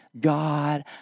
God